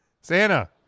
Santa